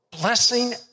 blessing